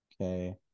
Okay